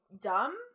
dumb